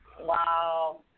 Wow